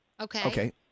Okay